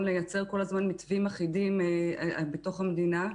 לייצר כל הזמן מתווים אחידים בתוך המדינה,